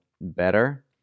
better